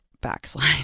backslide